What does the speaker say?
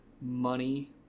money